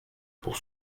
pour